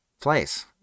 place